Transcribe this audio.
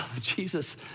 Jesus